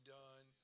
done